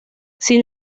sin